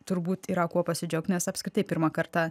turbūt yra kuo pasidžiaugt nes apskritai pirmą kartą